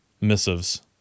missives